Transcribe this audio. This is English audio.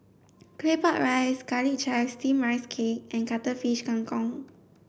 Claypot rice garlic chives steamed rice cake and cuttlefish Kang Kong